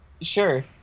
Sure